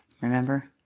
remember